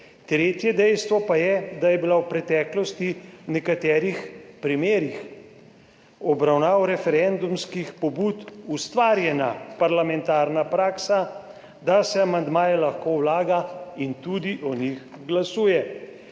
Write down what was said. Tretje dejstvo pa je, da je bila v preteklosti v nekaterih primerih obravnav referendumskih pobud ustvarjena parlamentarna praksa, da se amandmaje lahko vlaga in tudi o njih glasuje.